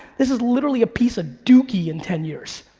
this is literally a piece of dooky in ten years.